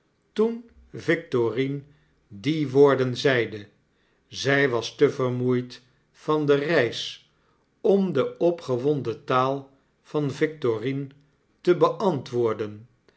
toen victorine die woorden zeide zy was te vermoeid van de reis om de opgewonden taal van victorine te beantwoorden